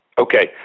Okay